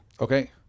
Okay